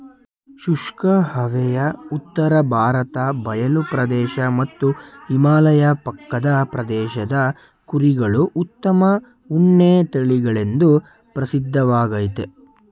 ಶುಷ್ಕ ಹವೆಯ ಉತ್ತರ ಭಾರತ ಬಯಲು ಪ್ರದೇಶ ಮತ್ತು ಹಿಮಾಲಯ ಪಕ್ಕದ ಪ್ರದೇಶದ ಕುರಿಗಳು ಉತ್ತಮ ಉಣ್ಣೆ ತಳಿಗಳೆಂದು ಪ್ರಸಿದ್ಧವಾಗಯ್ತೆ